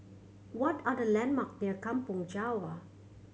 what are the landmark near Kampong Java